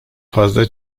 fazla